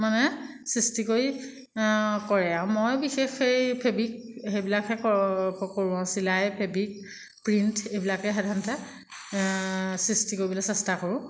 মানে সৃষ্টি কৰি কৰে আৰু মই বিশেষ সেই ফেব্ৰিক সেইবিলাকহে কৰোঁ আৰু চিলাই ফেব্ৰিক প্ৰিণ্ট এইবিলাকেই সাধাৰণতে সৃষ্টি কৰিবলৈ চেষ্টা কৰোঁ